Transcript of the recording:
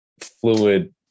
fluid